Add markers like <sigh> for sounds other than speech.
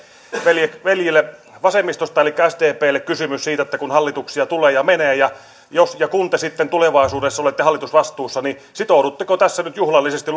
veljille veljille vasemmistosta elikkä sdplle kysymys kun hallituksia tulee ja menee jos ja kun te sitten tulevaisuudessa olette hallitusvastuussa niin sitoudutteko tässä nyt juhlallisesti <unintelligible>